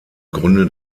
gründe